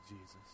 jesus